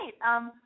right